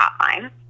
hotline